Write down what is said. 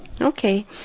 Okay